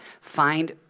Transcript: find